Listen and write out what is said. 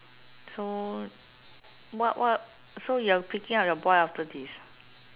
so what what so you are picking up your boy after this